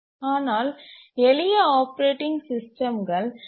ஆனால் எளிய ஆப்பரேட்டிங் சிஸ்டம்கள் பி